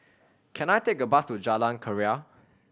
can I take a bus to Jalan Keria